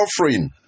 suffering